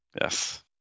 Yes